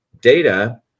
data